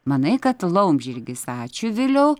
manai kad laumžirgis ačiū viliau